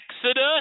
Exodus